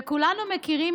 וכולנו מכירים,